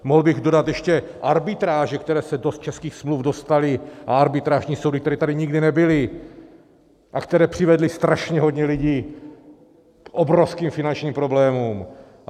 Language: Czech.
Mohl bych dodat ještě arbitráže, které se do českých smluv dostaly, a arbitrážní soudy, které tady nikdy nebyly a které přivedly strašně hodně lidí k obrovským finančním problémům.